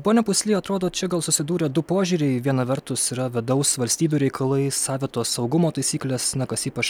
pone pusli atrodo čia gal susidūrė du požiūriai viena vertus yra vidaus valstybių reikalai savitos saugumo taisyklės na kas ypač